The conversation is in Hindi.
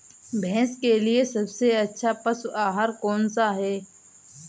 भैंस के लिए सबसे अच्छा पशु आहार कौनसा है?